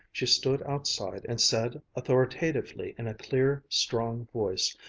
she stood outside and said authoritatively in a clear, strong voice,